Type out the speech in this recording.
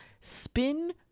spin